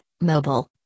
mobile